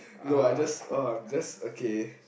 no I just I just okay